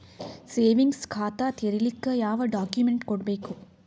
Savings ಖಾತಾ ತೇರಿಲಿಕ ಯಾವ ಡಾಕ್ಯುಮೆಂಟ್ ಕೊಡಬೇಕು?